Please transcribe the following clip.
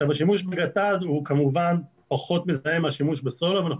השימוש בגט"ד הוא כמובן פחות מזהם מהשימוש בסולר ואנחנו